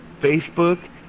facebook